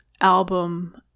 album